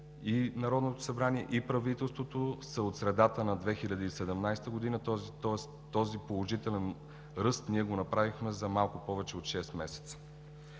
Народното събрание, и правителството са от средата на 2017 г., тоест този положителен ръст го направихме за малко повече от шест месеца.